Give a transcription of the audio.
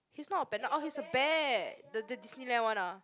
he's not a panda oh he's a bear the the Disneyland one ah